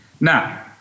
Now